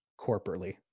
corporately